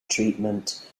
treatment